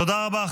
תודה רבה.